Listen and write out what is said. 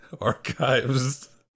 archives